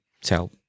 tell